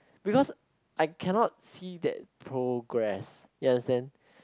because I cannot see that progress you understand